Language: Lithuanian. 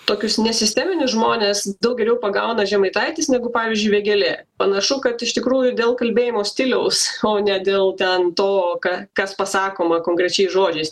tokius nesisteminius žmones daug geriau pagauna žemaitaitis negu pavyzdžiui vėgėlė panašu kad iš tikrųjų dėl kalbėjimo stiliaus o ne dėl ten to ką kas pasakoma konkrečiais žodžiais